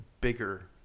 bigger